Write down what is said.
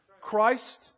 Christ